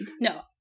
No